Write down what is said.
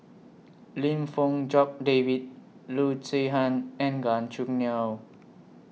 Lim Fong Jock David Loo Zihan and Gan Choo Neo